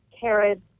carrots